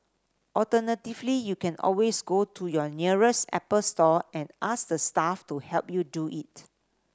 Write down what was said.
alternatively you can always go to your nearest Apple store and ask the staff to help you do it